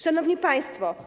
Szanowni Państwo!